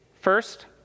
First